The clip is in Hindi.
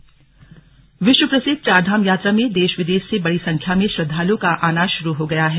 चारधाम विश्व प्रसिद्ध चारधाम यात्रा में देश विदेश से बड़ी संख्या में श्रद्धालुओं का आना शुरु हो गया है